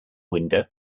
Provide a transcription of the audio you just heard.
window